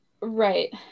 right